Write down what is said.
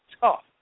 tough